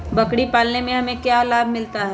बकरी पालने से हमें क्या लाभ मिलता है?